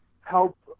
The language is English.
help